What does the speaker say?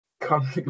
come